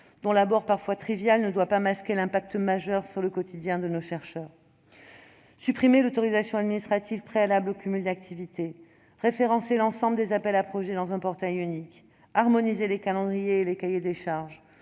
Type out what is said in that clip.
dont l'abord parfois trivial ne doit pas masquer l'impact majeur sur le quotidien de nos chercheurs. Supprimer l'autorisation administrative préalable au cumul d'activités, référencer l'ensemble des appels à projets sous un portail unique, harmoniser les calendriers et les cahiers des charges